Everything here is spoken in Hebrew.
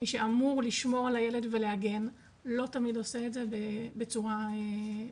מי שאמור לשמור על הילד ולהגן לא תמיד עושה את זה בצורה מיטבית.